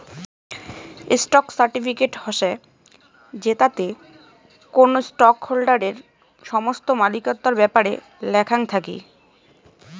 stock certificate হসে জেতাতে কোনো স্টক হোল্ডারের সমস্ত মালিকত্বর ব্যাপারে লেখাং থাকি